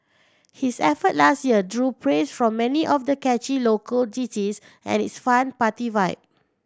his effort last year drew praise from many of the catchy local ditties and its fun party vibe